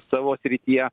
savo srityje